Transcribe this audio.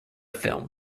film